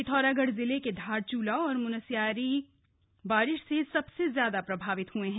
पिथौरागढ़ जिले के धारचूला और मुनस्यारी बारिश से सबसे ज्यादा प्रभावित हैं